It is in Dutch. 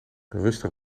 rustig